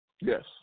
Yes